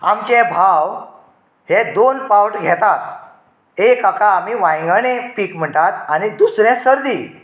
आमचें भाव हे दोन पावट घेतात एक हाका आमी वांयगणे पीक म्हणटात आनी दुसरें सर्दी